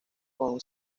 con